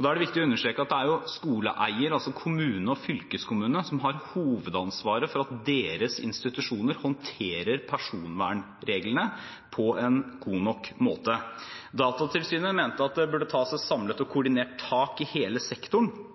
Da er det viktig å understreke at det er skoleeier, altså kommune og fylkeskommune, som har hovedansvaret for at deres institusjoner håndterer personvernreglene på en god nok måte. Datatilsynet mente at det burde tas et samlet og koordinert tak i hele sektoren,